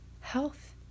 health